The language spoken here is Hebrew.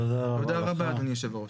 תודה רבה אדוני יושב הראש.